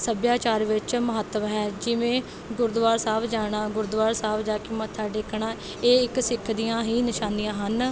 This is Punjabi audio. ਸੱਭਿਆਚਾਰ ਵਿੱਚ ਮਹੱਤਵ ਹੈ ਜਿਵੇਂ ਗੁਰਦੁਆਰਾ ਸਾਹਿਬ ਜਾਣਾ ਗੁਰਦੁਆਰਾ ਸਾਹਿਬ ਜਾ ਕੇ ਮੱਥਾ ਟੇਕਣਾ ਇਹ ਇੱਕ ਸਿੱਖ ਦੀਆਂ ਹੀ ਨਿਸ਼ਾਨੀਆਂ ਹਨ